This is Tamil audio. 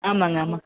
ஆமாம்ங்க ஆமாம்